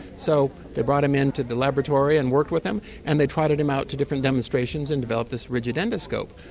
so they brought him in to the laboratory and worked with him and they trotted him out to different demonstrations and developed this rigid endoscope.